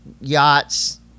yachts